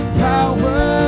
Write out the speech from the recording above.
power